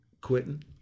quitting